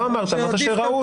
אמרתי שעדיף.